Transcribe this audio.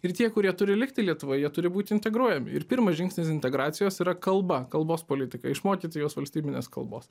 ir tie kurie turi likti lietuvoje jie turi būti integruojami ir pirmas žingsnis integracijos yra kalba kalbos politika išmokyti juos valstybinės kalbos